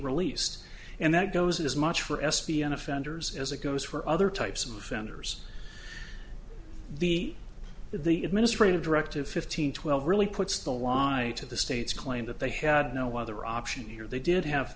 released and that goes as much for s p n offenders as it goes for other types of offenders be the administrative directive fifteen twelve really puts the lie to the state's claim that they had no other option here they did have